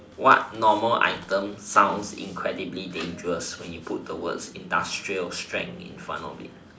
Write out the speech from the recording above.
what normal item sounds incredibly dangerous when you put the word industrial strength in front of it